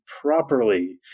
properly